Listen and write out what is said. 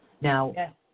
Now